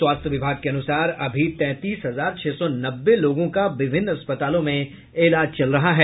स्वास्थ्य विभाग के अनुसार अभी तैंतीस हजार छह सौ नब्बे लोगों का विभिन्न अस्पतालों में इलाज चल रहा है